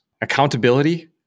accountability